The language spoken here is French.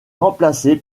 remplacé